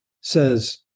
says